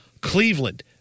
Cleveland